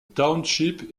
township